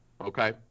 Okay